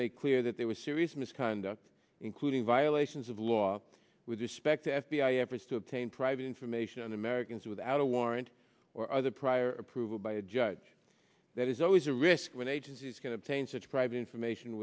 make clear that they were serious misconduct including violations of law up with the f b i efforts to obtain private information on americans without a warrant or other prior approval by a judge that is always a risk when agencies can obtain such private information